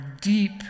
deep